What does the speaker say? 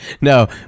No